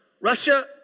Russia